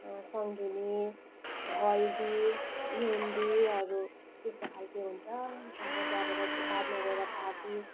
सङ्गिनी हल्दी मेहेन्दीहरू त्यस्तो खालको हुन्छ अन्त त्यहाँबाट बादमा गएर पार्टी